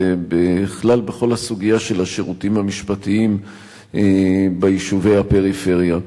ובכלל בכל הסוגיה של השירותים המשפטיים ביישובי הפריפריה.